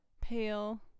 pale